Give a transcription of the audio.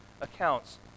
accounts